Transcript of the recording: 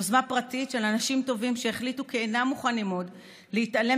יוזמה פרטית של אנשים טובים שהחליטו כי אינם מוכנים עוד להתעלם